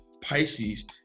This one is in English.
Pisces